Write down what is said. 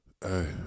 Hey